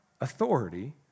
authority